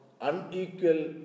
unequal